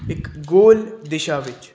ਇੱਕ ਗੋਲ ਦਿਸ਼ਾ ਵਿੱਚ